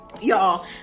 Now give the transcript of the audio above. Y'all